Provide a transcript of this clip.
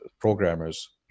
programmers